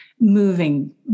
moving